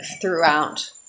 throughout